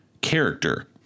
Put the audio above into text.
character